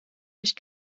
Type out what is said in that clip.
nicht